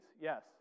yes